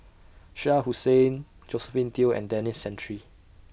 Shah Hussain Josephine Teo and Denis Santry